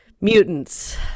Mutants